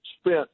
spent